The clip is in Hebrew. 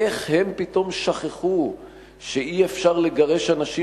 איך הם פתאום שכחו שאי-אפשר לגרש אנשים